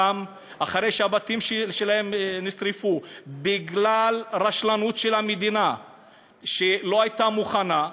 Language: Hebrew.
אחרי שהבתים שלהם נשרפו בגלל רשלנות של המדינה שלא הייתה מוכנה,